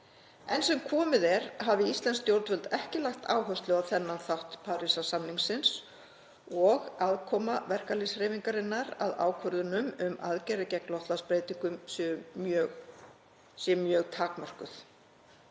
Enn sem komið er hafi íslensk stjórnvöld ekki lagt áherslu á þennan þátt Parísarsamningsins og aðkoma verkalýðshreyfingarinnar að ákvörðunum um aðgerðir gegn loftslagsbreytingum sé mjög takmörkuð.